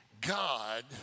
God